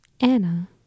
Anna